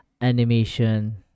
animation